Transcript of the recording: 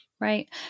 Right